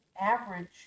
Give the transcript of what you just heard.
average